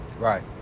Right